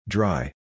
Dry